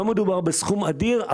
לא מדובר בסכום אדיר,